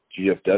GFW